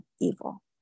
evil